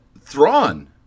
Thrawn